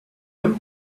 him